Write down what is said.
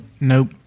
Nope